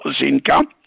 income